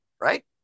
right